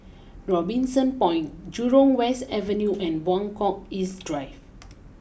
Robinson Point Jurong West Avenue and Buangkok East Drive